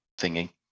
thingy